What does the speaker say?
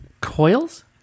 Coils